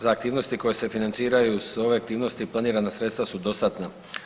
Za aktivnosti koje se financiraju s ove aktivnosti planirana sredstva su dostatna.